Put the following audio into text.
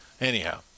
Anyhow